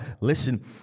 Listen